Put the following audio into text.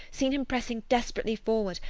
seen him pressing desperately forward,